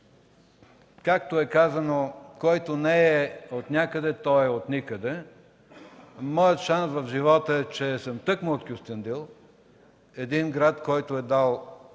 Както е казано: „Който не е от някъде, той е от никъде”. Моят шанс в живота е, че съм тъкмо от Кюстендил – град, който е дал